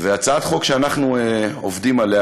הצעת החוק שאנחנו עובדים עליה,